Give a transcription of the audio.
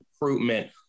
recruitment